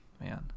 man